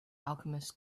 alchemist